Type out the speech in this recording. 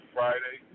Friday